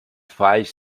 five